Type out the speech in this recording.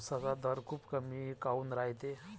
उसाचा दर खूप कमी काऊन रायते?